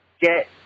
get